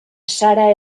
sara